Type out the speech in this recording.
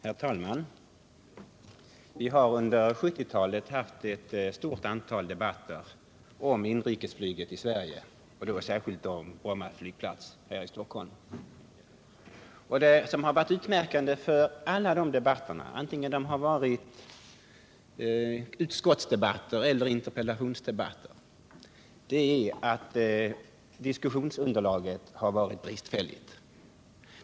Herr talman! Vi har under 1970-talet haft ett stort antal debatter om inrikesflyget i Sverige, och då särskilt om Bromma flygplats här i Stockholm. Det utmärkande för alla dessa debatter, vare sig det gällt utskottsdebatter eller interpellationsdebatter, har varit det bristfälliga diskussionsunderlaget.